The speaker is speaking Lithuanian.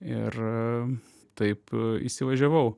ir taip įsivažiavau